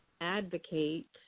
advocate